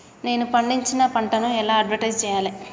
నేను పండించిన పంటను ఎలా అడ్వటైస్ చెయ్యాలే?